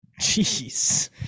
jeez